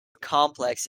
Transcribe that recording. complex